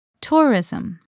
Tourism